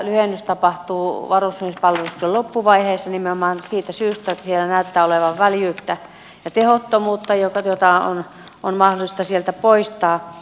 lyhennys tapahtuu varusmiespalveluksen loppuvaiheessa nimenomaan siitä syystä että siellä näyttää olevan väljyyttä ja tehottomuutta jota on mahdollista sieltä poistaa